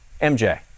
MJ